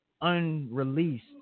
unreleased